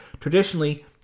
Traditionally